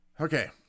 okay